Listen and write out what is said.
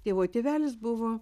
tėvo tėvelis buvo